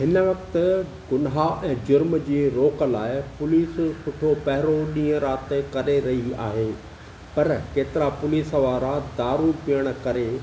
हिन वक़्तु गुनाह ऐं जुर्म जी रोक लाइ पुलिस सुठो पहिरियों ॾींहुं राति जे करे रही आहे पर केतिरा पुलिस वारा दारू पीअणु करे